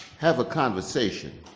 have a conversation.